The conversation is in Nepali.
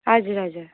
हजुर हजुर